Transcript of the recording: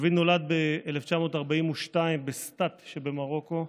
דוד נולד ב-1942 בסטאת שבמרוקו,